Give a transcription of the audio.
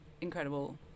incredible